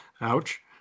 Ouch